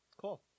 Cool